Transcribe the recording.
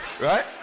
Right